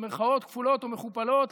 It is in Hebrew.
במירכאות כפולות ומכופלות,